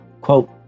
Quote